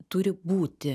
turi būti